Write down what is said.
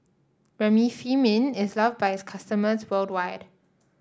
Remifemin is love by its customers worldwide